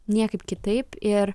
niekaip kitaip ir